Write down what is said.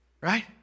Right